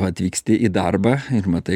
atvyksti į darbą ir matai